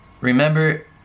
Remember